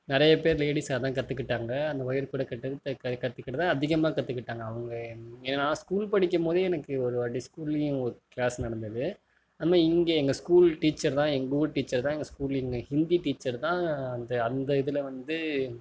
நிறைய பேர் லேடிஸ் அதான் கற்றுக்கிட்டாங்க அந்த ஒயர்க்கூடை கற்றுக்கிட்டு கற்றுக்கிட்டுதான் அதிகமாக கற்றுக்கிட்டாங்க அவங்க ஏன்னா ஸ்கூல் படிக்கும்போதே எனக்கு ஒரு ஒரு க்ளாஸ் நடந்தது அதுமாதிரி இங்கே எங்கே ஸ்கூல் டீச்சர் தான் எங்கூர் டீச்சர் தான் எங்கள் ஸ்கூல்லையுமே ஹிந்தி டீச்சர் தான் அந்த அந்த இதில் வந்து